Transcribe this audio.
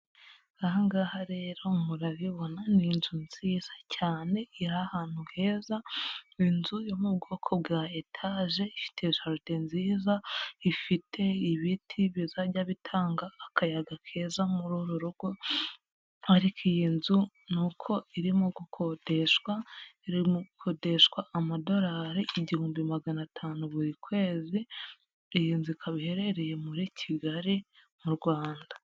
Ahangaha rero murabibona ni inzu nziza cyane iri ahantu heza inzu yo mu bwoko bwa etage ifite jaride nziza ifite ibiti bizajya bitanga akayaga keza murururugo ariko iyi nzu n'uko irimo gukodeshwa rimokodeshwa amadolari igihumbi magana atanu buri kwezi iyinzu ikaba iherereye muri kigali mu Rwanda.